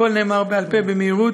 הכול נאמר בעל-פה ובמהירות,